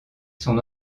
son